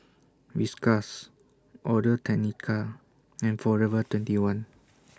Whiskas Audio Technica and Forever twenty one